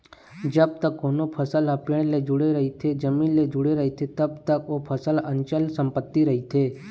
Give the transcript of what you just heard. जब तक कोनो फसल ह पेड़ ले जुड़े रहिथे, जमीन ले जुड़े रहिथे तब तक ओ फसल ह अंचल संपत्ति रहिथे